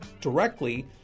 directly